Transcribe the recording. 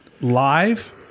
live